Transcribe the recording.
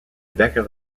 becker